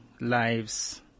lives